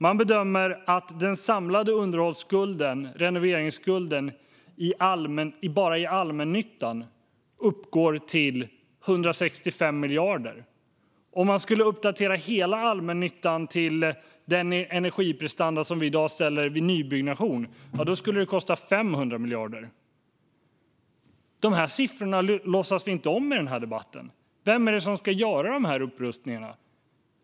Man bedömer att den samlade underhållsskulden och renoveringskulden bara i allmännyttan uppgår till 165 miljarder. Om man skulle uppdatera hela allmännyttan till de energiprestanda som vi i dag kräver vid nybyggnation skulle det kosta 500 miljarder. Dessa siffror låtsas vi inte om i den här debatten. Vem är det som ska göra upprustningarna?